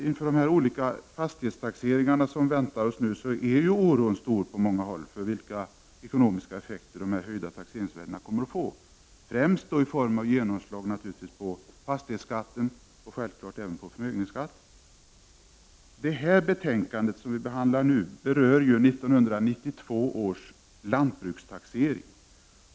Inför de nya fastighetstaxeringar som nu väntar oss är oron på många håll stor för vilka ekonomiska effekter de höjda taxeringsvärdena kommer att få, främst i form av genomslag på fastighetsskatten och självfallet även på förmögenhetsskatten. Det betänkande som vi nu behandlar berör ju 1992 års lantbrukstaxering.